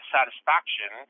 Satisfaction